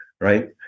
right